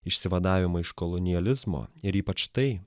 išsivadavimą iš kolonializmo ir ypač tai